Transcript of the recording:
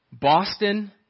Boston